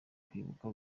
kwibuka